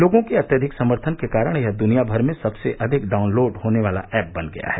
लोगों के अत्यधिक समर्थन के कारण यह दुनिया भर में सबसे अधिक डाउनलोड होने वाला एप बन गया है